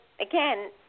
again